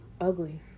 Ugly